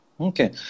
Okay